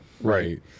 right